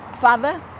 Father